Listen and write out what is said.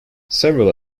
several